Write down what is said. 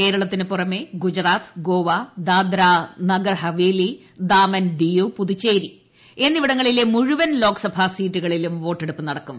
കേരളത്തിനു പുറമെ ഗുജറാത്ത് ഗോവ ദാദ്രാനഗർ ഹവേലി ദാമൻ ദിയു പുതുച്ചേരി എന്നിവിടങ്ങളിലെ മുഴുവൻ ലോക്സഭാ സീറ്റുകളിലും വോട്ടെടുപ്പ് നടക്കും